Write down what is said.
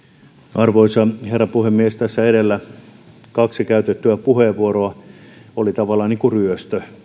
arvoisa herra puhemies kaksi tässä edellä käytettyä puheenvuoroa olivat tavallaan niin kuin ryöstö